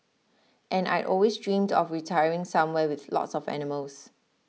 and I'd always dreamed of retiring somewhere with lots of animals